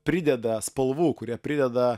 prideda spalvų kurie prideda